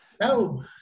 No